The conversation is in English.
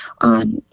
on